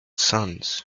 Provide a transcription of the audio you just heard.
sons